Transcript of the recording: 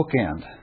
bookend